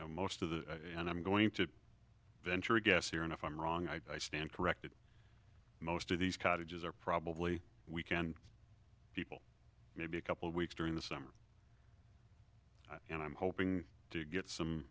know most of the and i'm going to venture a guess here and if i'm wrong i stand corrected most of these cottages are probably weekend maybe a couple of weeks during the summer and i'm hoping to get some